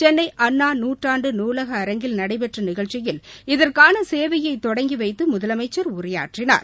சென்னை அண்ணா நூற்றாண்டு நூலக அரங்கில் நடைபெற்ற நிகழ்ச்சியில் இதற்கான சேவையை தொடங்கி வைத்து முதலமைச்சர் உரையற்றினார்